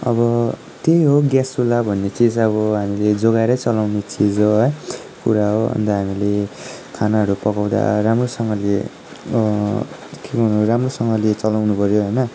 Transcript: अब त्यही हो ग्यास चुल्हा भन्ने चिज अब हामीले जोगाएरै चलाउने चिज हो है कुरा हो अन्त हामीले खानाहरू पकाउँदा राम्रोसँगले के भन्नु राम्रोसँगले चलाउनु पऱ्यो होइन